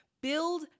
build